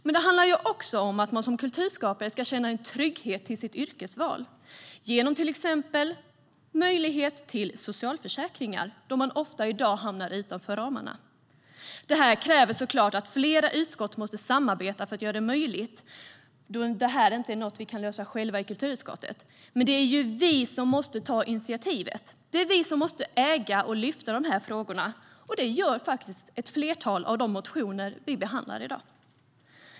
Men det handlar också om att man som kulturskapare ska kunna känna trygghet med sitt yrkesval genom till exempel möjlighet till socialförsäkringar, då man i dag ofta hamnar utanför ramarna. Detta kräver att flera utskott måste samarbeta för att göra det möjligt, då detta inte är något vi kan lösa själva i kulturutskottet. Men det är vi som måste ta initiativet. Det är vi som måste äga och lyfta dessa frågor, och det gör vi i ett flertal av de motioner som vi behandlar i dag.